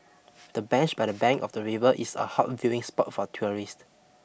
the bench by the bank of the river is a hot viewing spot for tourists